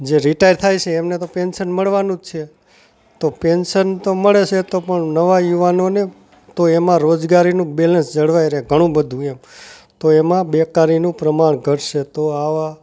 જે રિટાયર થાય છે એમને તો પેન્સન મળવાનું જ છે તો પેન્સન તો મળે છે તો પણ નવા યુવાનોને તો એમાં રોજગારીનું બેલેન્સ જળવાઈ રહે ઘણું બધું એમ તો એમાં બેકારીનું પ્રમાણ ઘટશે તો આવા